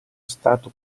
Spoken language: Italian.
stato